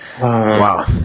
Wow